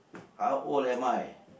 how old am I